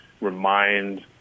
remind